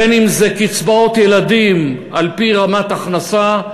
בין שזה קצבאות ילדים על-פי רמת הכנסה,